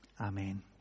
Amen